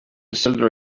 cylinder